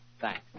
Thanks